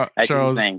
Charles